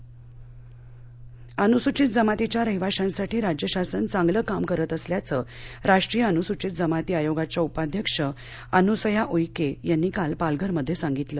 पालघर अनुसूचित जमातीच्या रहिवाशांसाठी राज्य शासन चांगलं काम करत असल्याचं राष्ट्रीय अनुसूचित जमाती आयोगाच्या उपाध्यक्ष अनुसया उईके यांनी काल पालघरमध्ये सांगितलं